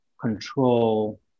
control